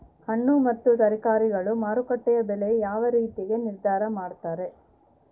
ಹಣ್ಣು ಮತ್ತು ತರಕಾರಿಗಳ ಮಾರುಕಟ್ಟೆಯ ಬೆಲೆ ಯಾವ ರೇತಿಯಾಗಿ ನಿರ್ಧಾರ ಮಾಡ್ತಿರಾ?